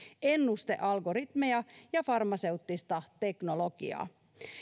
ennustealgoritmeja ja farmaseuttista teknologiaa